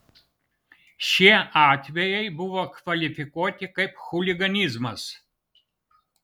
šie atvejai buvo kvalifikuoti kaip chuliganizmas